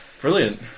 Brilliant